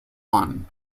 one